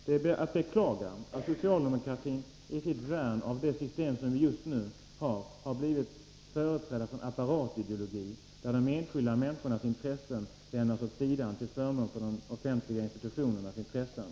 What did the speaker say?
Det är att beklaga att socialdemokratin i sitt värn av det system som vi har just nu har blivit företrädare för en apparatideologi, där de enskilda människornas intressen lämnas åt sidan till förmån för de offentliga institutionernas intressen.